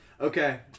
Okay